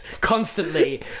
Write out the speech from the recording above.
constantly